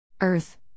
Earth